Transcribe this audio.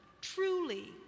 truly